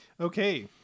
Okay